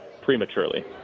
prematurely